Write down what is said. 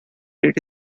rate